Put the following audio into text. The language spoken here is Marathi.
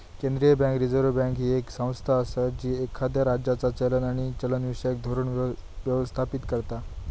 केंद्रीय बँक, रिझर्व्ह बँक, ही येक संस्था असा जी एखाद्या राज्याचा चलन आणि चलनविषयक धोरण व्यवस्थापित करता